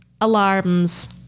Alarms